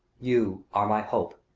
you are my hope,